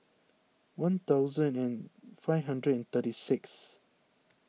one thousand and five hundred and thirty sixth